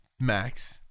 Max